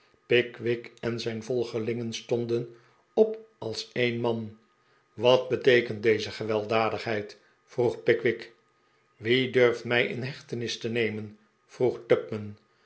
pickwick en zijn volgelingen stonden op als een man wat beteekent deze gewelddadigheid vroeg pickwick wie durft mij in hechtenis te nemen vroeg